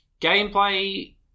gameplay